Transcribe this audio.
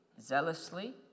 zealously